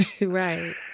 Right